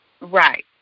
Right